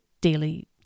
daily